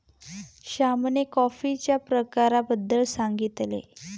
श्यामने कॉफीच्या प्रकारांबद्दल सांगितले